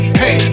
hey